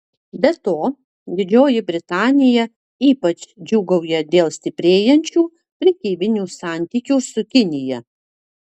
be to didžioji britanija ypač džiūgauja dėl stiprėjančių prekybinių santykių su kinija